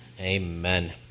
Amen